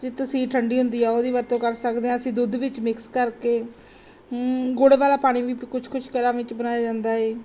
ਜੇ ਤਸੀਰ ਠੰਡੀ ਹੁੰਦੀ ਆ ਉਹਦੀ ਵਰਤੋਂ ਕਰ ਸਕਦੇ ਹਾਂ ਅਸੀਂ ਦੁੱਧ ਵਿੱਚ ਮਿਕਸ ਕਰਕੇ ਗੁੜ ਵਾਲਾ ਪਾਣੀ ਵੀ ਕੁਛ ਕੁਛ ਘਰਾਂ ਵਿੱਚ ਬਣਾਇਆ ਜਾਂਦਾ ਹੈ